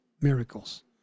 miracles